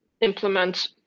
implement